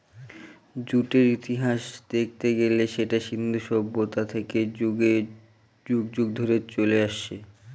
জুটের ইতিহাস দেখতে গেলে সেটা সিন্ধু সভ্যতা থেকে যুগ যুগ ধরে চলে আসছে